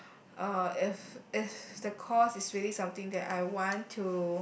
uh if if the course is really something that I want to